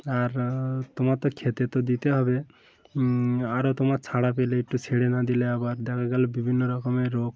আর তোমার তো খেতে তো দিতে হবে আরও তোমার ছাড়া পেলে একটু ছেড়ে না দিলে আবার দেখা গেল বিভিন্ন রকমের রোগ